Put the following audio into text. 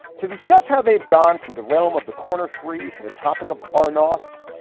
to discuss how they've gone from the realm of the corner three to the topic of arnotts.